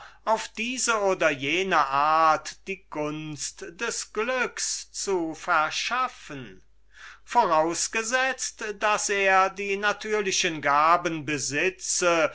auf diese oder jene art die gunst des glückes zu verschaffen vorausgesetzt daß er die natürlichen gaben besitze